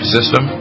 system